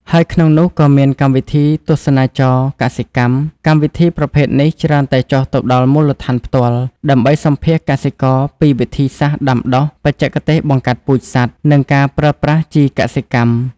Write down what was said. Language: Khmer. ហើយក្នុងនោះក៏មានកម្មវិធីទស្សនាចរណ៍កសិកម្ម កម្មវិធីប្រភេទនេះច្រើនតែចុះទៅដល់មូលដ្ឋានផ្ទាល់ ដើម្បីសម្ភាសន៍កសិករពីវិធីសាស្ត្រដាំដុះ បច្ចេកទេសបង្កាត់ពូជសត្វ និងការប្រើប្រាស់ជីកសិកម្ម។